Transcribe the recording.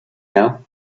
know